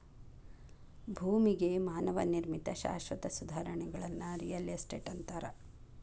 ಭೂಮಿಗೆ ಮಾನವ ನಿರ್ಮಿತ ಶಾಶ್ವತ ಸುಧಾರಣೆಗಳನ್ನ ರಿಯಲ್ ಎಸ್ಟೇಟ್ ಅಂತಾರ